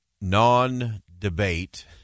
non-debate